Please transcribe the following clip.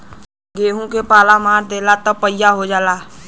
गेंहू के पाला मार देला त पइया हो जाला